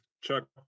chuck